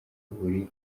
buri